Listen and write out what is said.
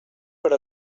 per